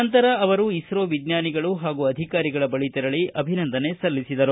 ನಂತರ ಅವರು ಇಸ್ತೋ ವಿಜ್ಞಾನಿಗಳು ಹಾಗೂ ಅಧಿಕಾರಿಗಳ ಬಳಿ ತೆರಳಿ ಅಭಿನಂದನೆ ಸಲ್ಲಿಸಿದರು